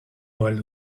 wide